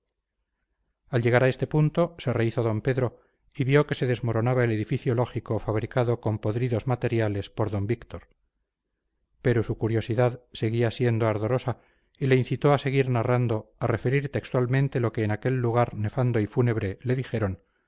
al llegar a este punto se rehízo d pedro y vio que se desmoronaba el edificio lógico fabricado con podridos materiales por d víctor pero su curiosidad seguía siendo ardorosa y le incitó a seguir narrando a referir textualmente lo que en aquel lugar nefando y fúnebre le dijeron